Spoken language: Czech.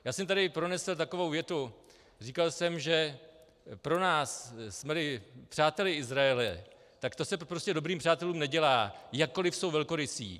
Já jsem tady pronesl takovou větu, říkal jsem, že pro nás, jsmeli přáteli Izraele, tak to se prostě dobrým přátelům nedělá, jakkoli jsou velkorysí.